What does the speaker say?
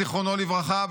זיכרונו לברכה,